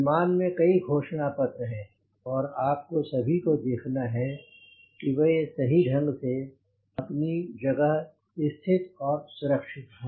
विमान में कई घोषणा पत्र हैं और आपको सभी को देखना है कि वे सही ढंग से अपनी अपनी जगह स्थित और सुरक्षित हो